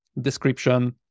description